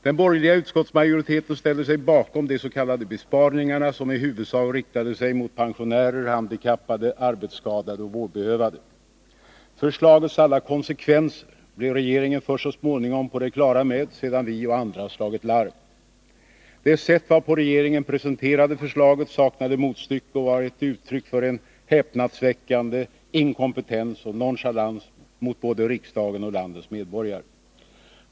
Den borgerliga utskottsmajoriteten ställde sig bakom de s.k. besparingarna, som i huvudsak riktade sig mot pensionärer, handikappade, arbetsskadade och vårdbehövande. Förslagets alla konsekvenser blev regeringen först så småningom på det klara med, sedan vi och andra slagit larm. Det sätt varpå regeringen presenterade förslaget saknade motstycke och var ett uttryck för en häpnadsväckande inkompetens och nonchalans mot både riksdagen och landets medborgare.